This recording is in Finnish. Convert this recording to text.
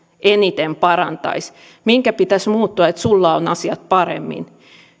eniten parantaisi minkä pitäisi muuttua että sinulla on asiat paremmin